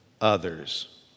others